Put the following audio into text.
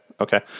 okay